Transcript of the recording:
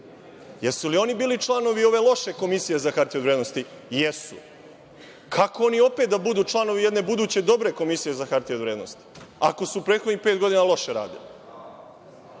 Jesu li oni bili članovi ove loše Komisije za hartije od vrednosti? Jesu. Kako oni opet da budu članovi jedne buduće dobre Komisije za hartije od vrednosti, ako su prethodnih pet godina loše radili?